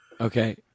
Okay